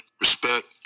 respect